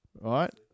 right